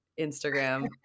Instagram